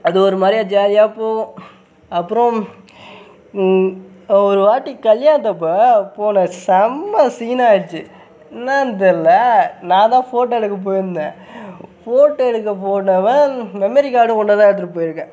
அது ஒரு மாதிரியா ஜாலியாக போகும் அப்புறம் ஒருவாட்டி கல்யாணத்தப்போ போனேன் செம்ம சீன் ஆகிடுச்சு என்னென்னு தெரில நான்தான் ஃபோட்டோ எடுக்க போய்ருந்தேன் ஃபோட்டோ எடுக்க போனவன் மெமரி கார்டு ஒன்றைதான் எடுத்துட்டு போய்ருக்கேன்